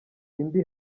indi